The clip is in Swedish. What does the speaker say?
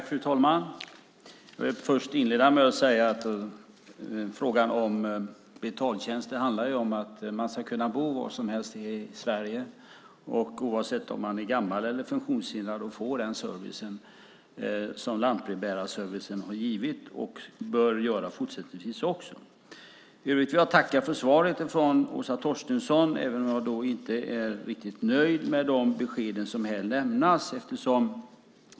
Fru talman! Jag ska inleda med att säga att frågan om betaltjänster handlar om att man ska kunna bo var som helst i Sverige och oavsett om man är gammal eller funktionshindrad och få den service som lantbrevbärarservicen har gett och bör ge även i fortsättningen. Jag tackar för svaret från Åsa Torstensson, även om jag inte är riktigt nöjd med de besked som lämnas här.